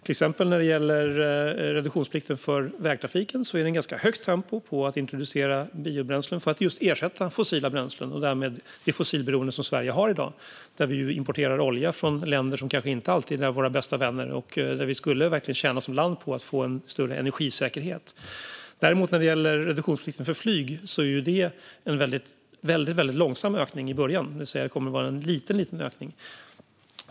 När det gäller exempelvis reduktionsplikten för vägtrafiken är det ett ganska högt tempo med introducerandet av biobränslen för att just ersätta fossila bränslen och därmed det fossilberoende som Sverige har i dag, där vi ju importerar olja från länder som kanske inte alltid är våra bästa vänner. Där skulle vi som land verkligen tjäna på att få en större energisäkerhet. När det gäller reduktionsplikten för flyget är det däremot en väldigt långsam ökning i början. Det vill säga att det kommer att vara en mycket liten ökning.